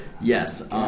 yes